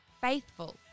faithful